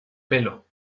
pelo